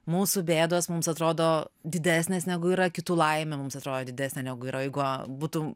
mūsų bėdos mums atrodo didesnės negu yra kitų laimė mums atrodo didesnė negu yra jeigu būtų